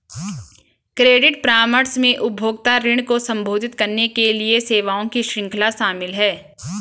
credit परामर्श में उपभोक्ता ऋण को संबोधित करने के लिए सेवाओं की श्रृंखला शामिल है